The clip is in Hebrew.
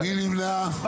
מי נמנע?